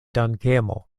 dankemo